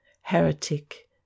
Heretic